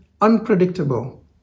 unpredictable